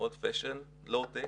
Old fashioned, low tech.